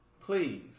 please